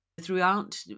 Throughout